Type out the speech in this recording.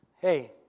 Hey